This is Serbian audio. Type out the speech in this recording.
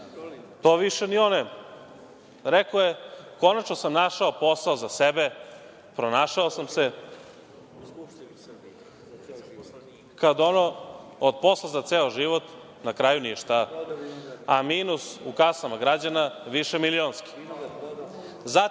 To više ni on ne zna. Rekao je – konačno sam našao posao za sebe, pronašao sam se, kad ono od posla za ceo život na kraju ništa, a minus u kasama građana višemilionski.